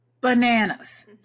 bananas